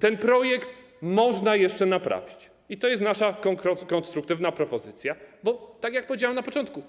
Ten projekt można jeszcze naprawić, i to jest nasza konstruktywna propozycja, bo tak jak powiedziałem na początku,